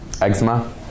Eczema